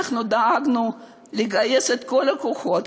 הביאו עוגות בזמן השרפה,